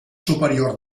superior